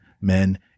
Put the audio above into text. men